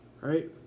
Right